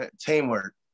teamwork